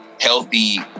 healthy